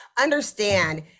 understand